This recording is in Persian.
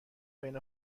بین